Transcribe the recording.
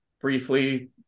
briefly